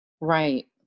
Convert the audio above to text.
Right